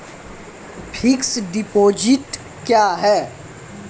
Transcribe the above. Fixed deposit क्या हैं?